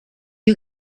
you